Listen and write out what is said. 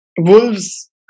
Wolves